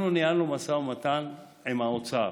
אנחנו ניהלנו משא ומתן עם האוצר,